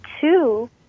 two